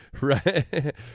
right